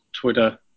Twitter